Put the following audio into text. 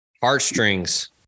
heartstrings